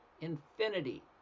infinity